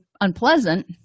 unpleasant